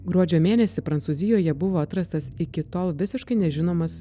gruodžio mėnesį prancūzijoje buvo atrastas iki tol visiškai nežinomas